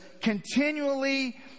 continually